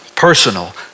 personal